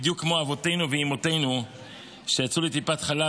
בדיוק כמו אבותינו ואימותינו שיצאו לטיפת חלב